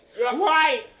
Right